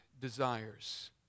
desires